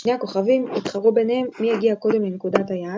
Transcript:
שני הכוכבים התחרו ביניהם מי יגיע קודם לנקודת היעד,